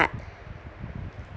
art